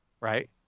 right